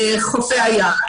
בחופי הים.